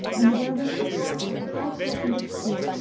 and the were-wolf is cast off a high cliff into the sea,